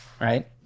right